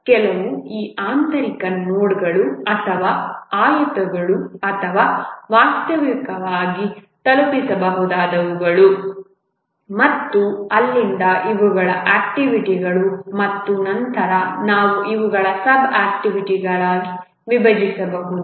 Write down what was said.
ಆದ್ದರಿಂದ ಕೆಲವು ಈ ಆಂತರಿಕ ನೋಡ್ಗಳು ಅಥವಾ ಆಯತಗಳು ಅಥವಾ ವಾಸ್ತವವಾಗಿ ತಲುಪಿಸಬಹುದಾದವುಗಳು ಮತ್ತು ಅಲ್ಲಿಂದ ಇವುಗಳು ಆಕ್ಟಿವಿಟಿಗಳು ಮತ್ತು ನಂತರ ನಾವು ಇವುಗಳನ್ನು ಸಬ್ ಆಕ್ಟಿವಿಟಿಗಳಾಗಿ ವಿಭಜಿಸಬಹುದು